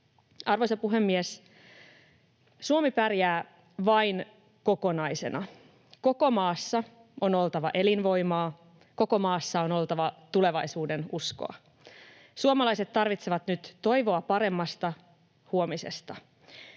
Arvoisa puhemies! Suomi pärjää vain kokonaisena. Koko maassa on oltava elinvoimaa, koko maassa on oltava tulevaisuudenuskoa. Suomalaiset tarvitsevat nyt toivoa paremmasta huomisesta.